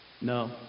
no